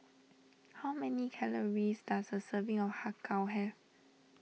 how many calories does a serving of Har Kow have